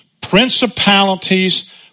principalities